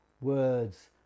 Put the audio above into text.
words